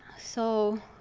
so